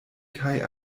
kaj